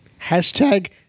Hashtag